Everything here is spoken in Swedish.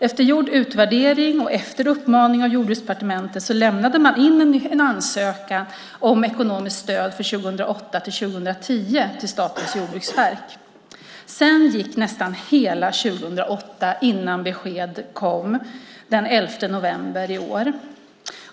Efter gjord utvärdering och efter uppmaning av Jordbruksdepartementet lämnade Eldrimner in en ansökan om ekonomiskt stöd för 2008-2010 till Statens jordbruksverk. Sedan gick nästan hela 2008 innan besked kom den 11 november i år.